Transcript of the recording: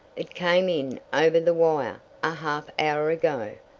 it came in over the wire a half hour ago.